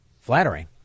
Flattering